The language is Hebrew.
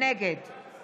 נגד